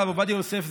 הרב עובדיה יוסף,